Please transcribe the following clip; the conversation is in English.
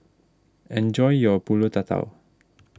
enjoy your Pulut Tatal